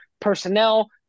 personnel